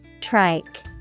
Trike